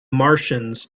martians